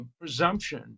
presumption